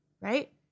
Right